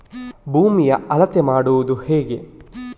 ಭೂಮಿಯ ಅಳತೆ ಮಾಡುವುದು ಹೇಗೆ?